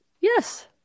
Yes